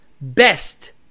best